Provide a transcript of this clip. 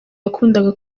yakundaga